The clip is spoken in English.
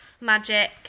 Magic